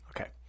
Okay